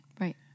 Right